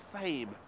fame